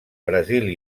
brasil